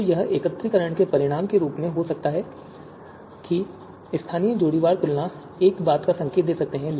तो यह एकत्रीकरण के परिणाम के रूप में हो सकता है कि स्थानीय जोड़ीदार तुलना एक बात का संकेत दे सकती है